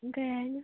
ꯀꯔꯤ ꯍꯥꯏꯅꯤ